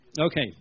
Okay